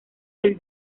del